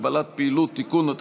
הגבלת פעילות) (תיקון),